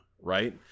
right